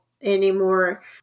anymore